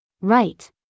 Right